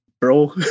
bro